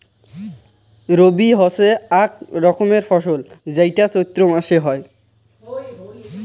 রবি হসে আক রকমের ফসল যেইটো চৈত্র মাসে হই